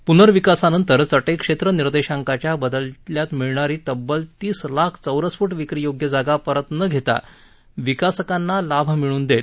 पुनर्विकासानंतर चटईक्षेत्र निर्देशांकाच्या बदल्यात मिळणारी तब्बल तीस लाख चौरस फूट विक्री योग्य जागा परत न घेता विकासकांना लाभ मिळवून देत